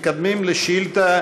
מתקדמים לשאילתה